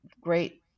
great